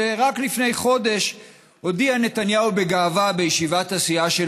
שרק לפני חודש הודיע נתניהו בגאווה בישיבת הסיעה של